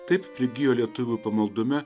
taip prigijo lietuvių pamaldume